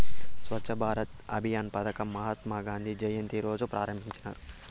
స్వచ్ఛ భారత్ అభియాన్ పదకం మహాత్మా గాంధీ జయంతి రోజా ప్రారంభించినారు